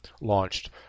launched